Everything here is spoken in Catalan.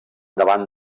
davant